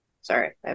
sorry